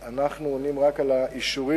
אנחנו עונים רק על האישורים